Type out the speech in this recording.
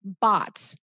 bots